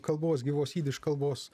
kalbos gyvos jidiš kalbos